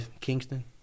Kingston